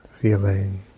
feeling